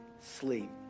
sleep